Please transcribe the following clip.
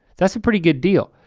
that's a pretty good deal.